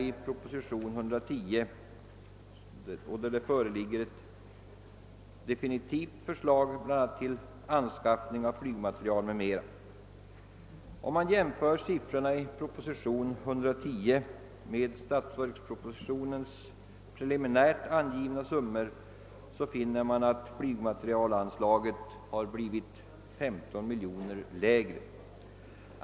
I proposition nr 110 framläggs ett definitivt förslag angående anslag till anskaffning av flygmateriel. Om man jämför siffrorna i propositionen nr 110 med statsverkspropositionens preliminärt angivna summor finner man, att flygmaterielanslaget har blivit 15 miljoner kronor lägre.